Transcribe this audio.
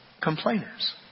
complainers